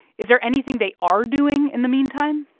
is there anything they are doing in the meantime?